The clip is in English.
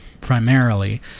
primarily